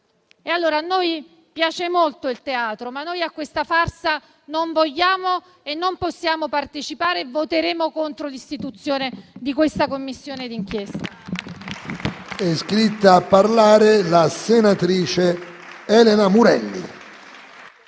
A noi piace molto il teatro, ma a questa farsa non vogliamo e non possiamo partecipare, pertanto voteremo contro l'istituzione di questa Commissione d'inchiesta.